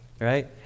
right